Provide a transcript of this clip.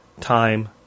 time